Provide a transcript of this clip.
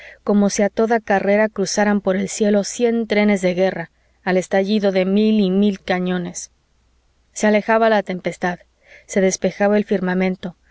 como si a toda carrera cruzaran por el cielo cien trenes de guerra al estallido de mil y mil cañones se alejaba la tempestad se despejaba el firmamento